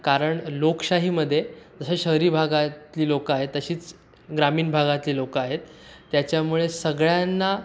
कारण लोकशाहीमध्ये जसं शहरी भागातली लोकं आहेत तशीच ग्रामीण भागातली लोकं आहेत त्याच्यामुळे सगळ्यांना